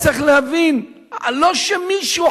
צריך להבין: לא שמישהו,